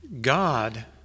God